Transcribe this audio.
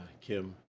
Kim